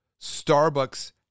Starbucks